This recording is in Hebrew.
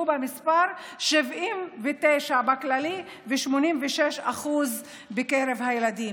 שהוא במספר 79 בכללי ו-86% בקרב ילדים.